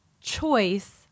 choice